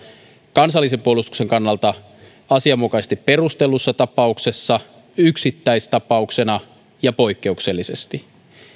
kansallisen puolustuksen kannalta asianmukaisesti perustellussa tapauksessa yksittäistapauksena ja poikkeuksellisesti